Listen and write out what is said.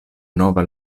nova